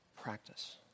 practice